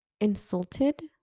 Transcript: insulted